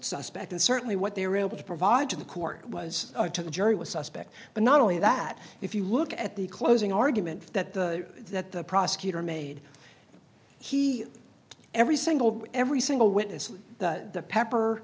suspect and certainly what they were able to provide to the court was to the jury was suspect but not only that if you look at the closing argument that the that the prosecutor made he every single every single witness of the pepper